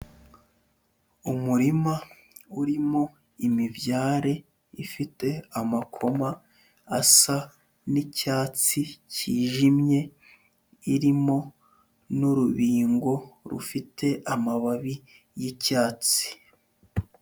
Umurima urimo imibyare ifite amakoma asa n'icyatsi cyijimye, irimo n'urubingo rufite amababi y'icyatsi.